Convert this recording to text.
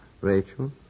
Rachel